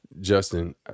Justin